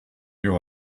you